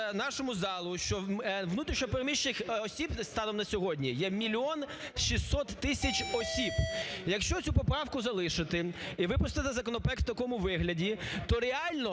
нашому залу, що внутрішньо переміщених осіб станом на сьогодні є мільйон 600 тисяч осіб. Якщо цю поправку залишити і випустити законопроект у такому вигляді, то реально